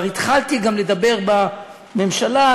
גם התחלתי לדבר בממשלה,